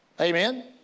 Amen